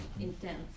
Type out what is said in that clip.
intense